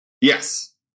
Yes